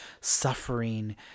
suffering